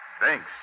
Thanks